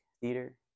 theater